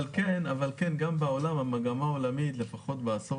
אבל כן גם בעולם המגמה העולמית לפחות בעשור